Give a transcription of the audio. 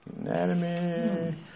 Anatomy